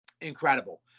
Incredible